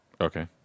Okay